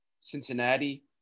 Cincinnati